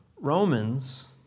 Romans